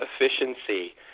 efficiency